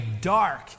dark